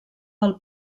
del